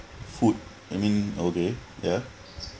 food you mean okay ya